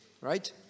right